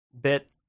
bit